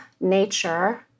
nature